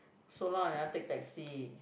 so long I never take taxi